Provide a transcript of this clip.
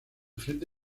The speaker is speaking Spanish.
frente